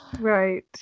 Right